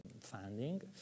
funding